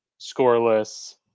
scoreless